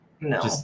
No